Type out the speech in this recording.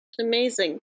Amazing